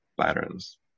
patterns